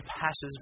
passes